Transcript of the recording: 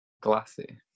Glassy